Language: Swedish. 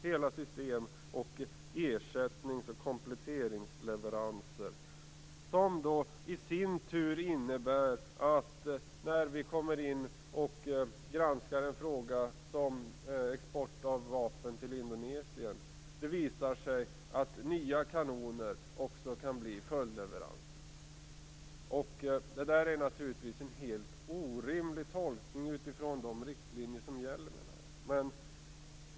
Det innebär i sin tur att det, när vi granskar en fråga om t.ex. export av vapen till Indonesien, kan visa sig att nya kanoner också kan bli följdleveranser. Jag menar att detta naturligtvis är en helt orimlig tolkning utifrån de riktlinjer som gäller.